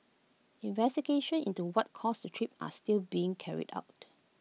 investigations into what caused the trip are still being carried out